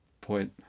point